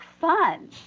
fun